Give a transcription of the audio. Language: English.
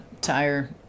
tire